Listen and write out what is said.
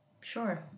Sure